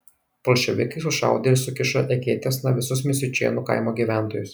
bolševikai sušaudė ir sukišo eketėsna visus misiučėnų kaimo gyventojus